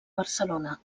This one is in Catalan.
barcelona